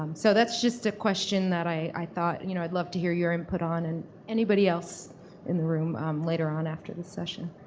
um so that's just a question that i thought and you know i'd love to hear your input on and anybody else in the room later on after this and session.